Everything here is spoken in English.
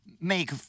make